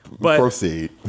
Proceed